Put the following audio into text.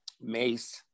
mace